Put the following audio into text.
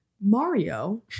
Mario